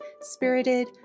spirited